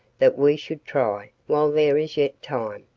that we should try, while there is yet time,